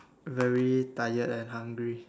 very tired and hungry